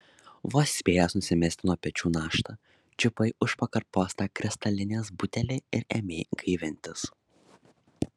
vos spėjęs nusimesti nuo pečių naštą čiupai už pakarpos tą kristalinės butelį ir ėmei gaivintis